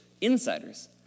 insiders